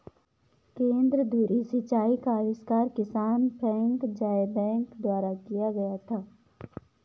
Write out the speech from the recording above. केंद्र धुरी सिंचाई का आविष्कार किसान फ्रैंक ज़ायबैक द्वारा किया गया था